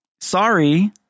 sorry